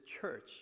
church